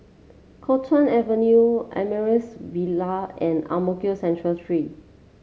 Kuo Chuan Avenue Amaryllis Ville and Ang Mo Kio Central Three